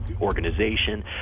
organization